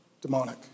demonic